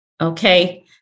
Okay